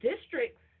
districts